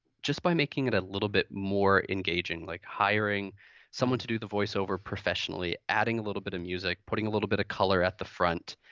just by making it a little bit more engaging. like hiring someone to do the voiceover professionally, adding a little bit of music, putting a little bit of color at the front.